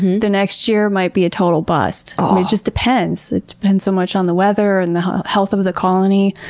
the next year might be a total bust. it ah just depends. it depends so much on the weather and the health of the colony.